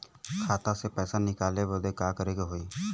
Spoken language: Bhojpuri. खाता से पैसा निकाले बदे का करे के होई?